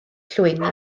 llwyni